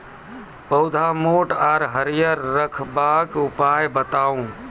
पौधा मोट आर हरियर रखबाक उपाय बताऊ?